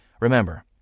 Remember